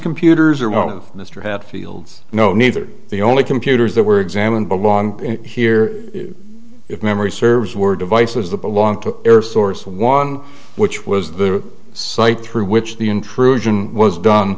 computers or moment mr hatfield's no neither the only computers that were examined belonged here if memory serves were devices that belonged to air source one which was the site through which the intrusion was done